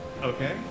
Okay